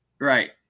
Right